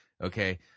Okay